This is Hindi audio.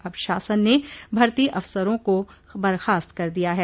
अब शासन ने भर्ती अफसरों को बर्खास्त कर दिया है